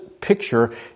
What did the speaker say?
picture